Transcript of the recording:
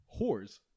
whores